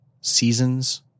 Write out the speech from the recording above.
seasons